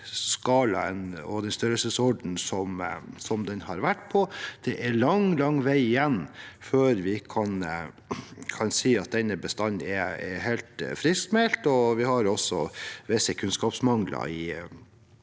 skalaen og den størrelsesordenen som den har vært på. Det er lang, lang vei igjen før vi kan si at denne bestanden er helt friskmeldt, og vi har også visse kunnskapsmangler i